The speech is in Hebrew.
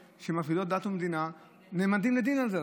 שמפרידות בין דת למדינה נעמדים לדין על זה.